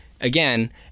again